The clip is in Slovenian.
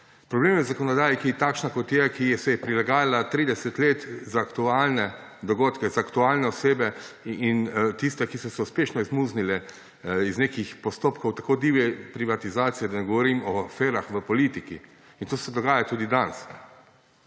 Problem je v zakonodaji, ki je takšna, kot je, ki se je prilagajala 30 let za aktualne dogodke, za aktualne osebe in tiste, ki so se uspešno izmuznile iz nekih postopkov tako divje privatizacije, da ne govorim o aferah v politiki. In to se dogaja tudi danes.